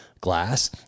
glass